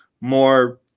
more